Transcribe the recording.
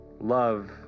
Love